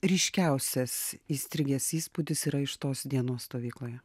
ryškiausias įstrigęs įspūdis yra iš tos dienos stovykloje